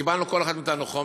קיבלנו כל אחד מאתנו חומר,